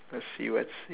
let's see let's see